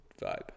vibe